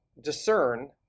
Discern